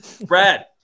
Brad